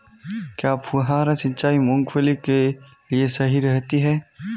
क्या फुहारा सिंचाई मूंगफली के लिए सही रहती है?